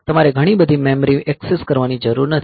તમારે ઘણી બધી મેમરી એક્સેસ કરવાની જરૂર નથી